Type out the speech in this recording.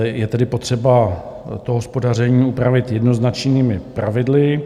Je tedy potřeba hospodaření upravit jednoznačnými pravidly.